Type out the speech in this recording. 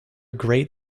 great